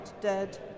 dead